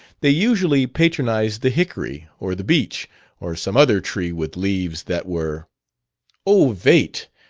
they usually patronized the hickory or the beech or some other tree with leaves that were ovate!